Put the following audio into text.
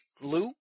Lou